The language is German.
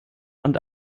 und